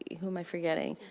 who am i forgetting?